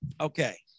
Okay